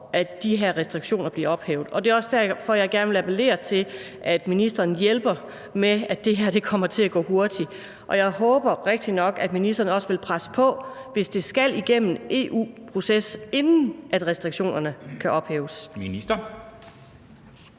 at de her restriktioner bliver ophævet? Det er også derfor, jeg gerne vil appellere til, at ministeren hjælper med, at det her kommer til at gå hurtigt, og jeg håber rigtignok, at ministeren også vil presse på, hvis det skal igennem en EU-proces, inden restriktionerne kan ophæves.